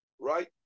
right